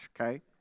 okay